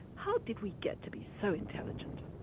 how did we get to be so intelligent?